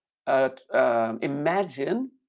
Imagine